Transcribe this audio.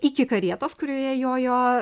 iki karietos kurioje jojo